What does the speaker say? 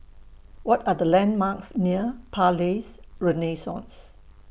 What Are The landmarks near Palais Renaissance